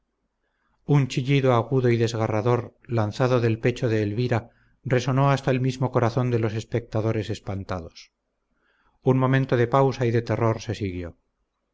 un chillido agudo y desgarrador lanzado del pecho de elvira resonó hasta el mismo corazón de los espectadores espantados un momento de pausa y de terror se siguió